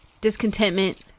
discontentment